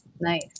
Nice